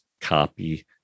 copy